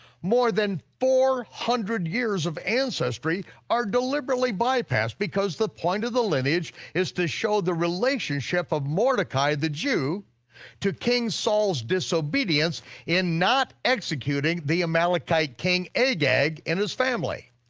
more than four hundred years of ancestry are deliberately bypassed because the point of the lineage is to show the relationship of mordechai the jew to king saul's disobedience in not executing the amalekite king agag and his family.